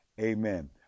amen